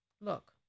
Look